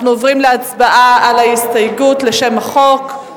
אנחנו עוברים להצבעה על ההסתייגות לשם החוק.